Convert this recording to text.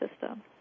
system